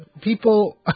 People